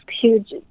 huge